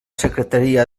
secretaria